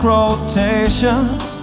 rotations